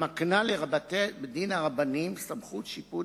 המקנה לבתי-הדין הרבניים סמכות שיפוט